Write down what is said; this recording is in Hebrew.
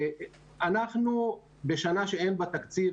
אנחנו בשנה שאין בה תקציב,